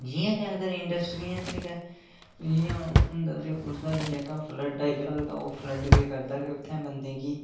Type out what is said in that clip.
जि'यां कि अगर इंडस्ट्रियें च गै जि'यां होंदा ते उसदे ते जेह्का फ्लड्ड आई जाह्ग ते फ्लड्ड केह् करदा कि उत्थै बंदे गी